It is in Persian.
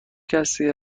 کسی